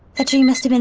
that dream must and